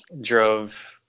drove